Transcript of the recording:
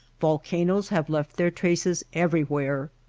volcanoes have left their traces everywhere.